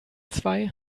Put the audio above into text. zwei